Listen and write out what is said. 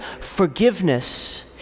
Forgiveness